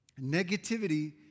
Negativity